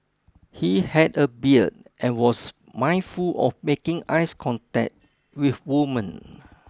he had a beard and was mindful of making eyes contact with women